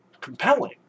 compelling